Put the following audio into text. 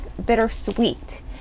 bittersweet